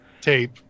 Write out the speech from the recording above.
tape